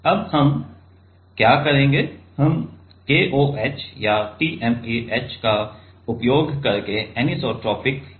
अब हम क्या करेंगे हम KOH या TMAH का उपयोग करके अनिसोट्रोपिक इचिंग करेंगे